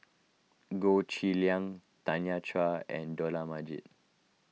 Goh Cheng Liang Tanya Chua and Dollah Majid